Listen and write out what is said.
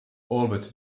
albert